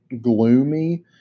gloomy